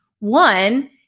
One